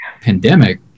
pandemic